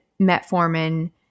metformin